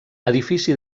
edifici